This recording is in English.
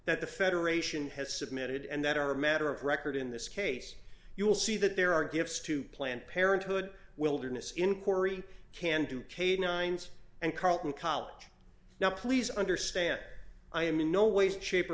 that the federation has submitted and that are a matter of record in this case you will see that there are gifts to planned parenthood wilderness inquiry can do canines and carleton college now please understand i am in no way shape or